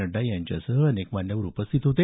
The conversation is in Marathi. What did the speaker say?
नड्डा यांच्यासह अनेक मान्यवर उपस्थित होते